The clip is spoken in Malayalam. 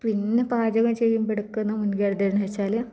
പിന്നെ പാചകം ചെയ്യുമ്പോൾ എടുക്കുന്ന മുൻകരുതൽ എന്ന് വെച്ചാൽ